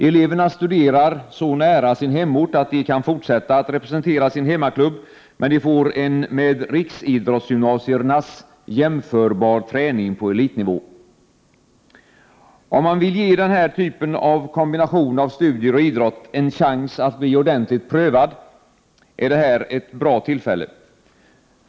Eleverna studerar så nära sin hemort att de kan fortsätta att representera sin hemmaklubb, men de får en träning på elitnivå som är jämförbar med riksidrottsgymnasiernas. Om man vill ge den här typen av kombination av studier och idrott en chans att bli ordentligt prövad, är detta ett bra tillfälle.